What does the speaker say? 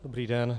Dobrý den.